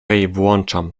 włączam